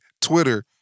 Twitter